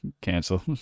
Cancel